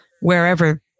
wherever